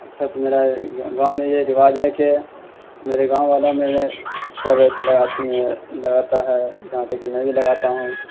اچھا تو میرا گاؤں میں یہ رواج ہے کہ میرے گاؤں والوں میں سب ایسے لگاتے لگاتا ہے جہاں تک کہ میں بھی لگاتا ہوں